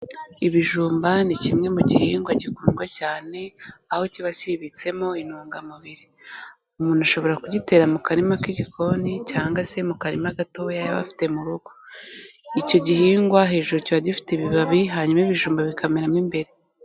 Ibijumba ni kimwe mu gihingwa gikundwa cyane aho kiba kibitsemo intungamubiri, umuntu ashobora kugitera mu karima k'igikoni cyangwa se mu karima gatoya aba afite mu rugo, icyo gihingwa hejuru kiba gifite ibibabi hanyuma ibijumba bikamera mo imbere.